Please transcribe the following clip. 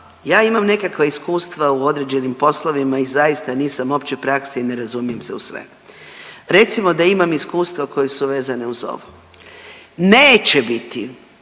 ja imam nekakva iskustva u određenim poslovima i zaista nisam opće prakse i ne razumijem se u sve. Recimo da imam iskustva koja su vezana uz ovo, neće biti